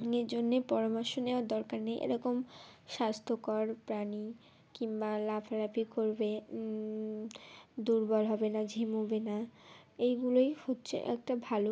এ জন্যে পরামর্শ নেওয়ার দরকার নেই এরকম স্বাস্থ্যকর প্রাণী কিংবা লাফালাফি করবে দুর্বল হবে না ঝিমুবে না এইগুলোই হচ্ছে একটা ভালো